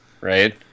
right